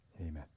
Amen